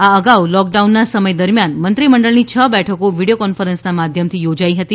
આ અગાઉ લોકડાઉનના સમય દરમ્યાન મંત્રીમંડળની છ બેઠકો વિડીયો કોન્ફરન્સના માધ્યમથી યોજાઇ હતી